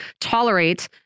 tolerate